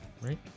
right